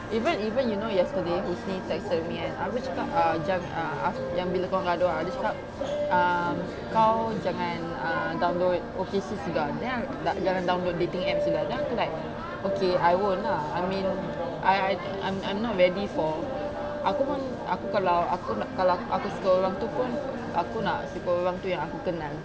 even even you know yesterday husni texted me and abeh dia cakap ah jang~ ah yang bila kau gaduh um dia cakap uh kau jangan ah download O_K_C sudah then jangan download dating apps sudah then aku like okay I won't lah I mean I I I'm I'm not ready for aku pun aku kalau suka orang tu pun aku nak suka orang tu yang aku kenal